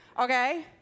Okay